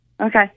Okay